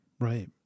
Right